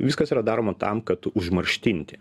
viskas yra daroma tam kad užmarštinti